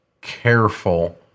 careful